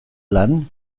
lan